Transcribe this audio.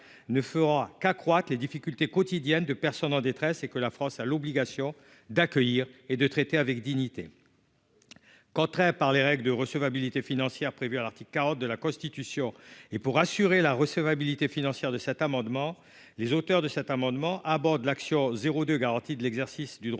ne fera qu'accroître les difficultés quotidiennes de personnes en détresse et que la France a l'obligation d'accueillir et de traiter avec dignité, contraint par les règles de recevabilité financière prévue à l'article 40 de la Constitution et pour assurer la recevabilité financière de cet amendement, les auteurs de cet amendement à bord de l'action, garantie de l'exercice du droit